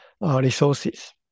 resources